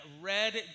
red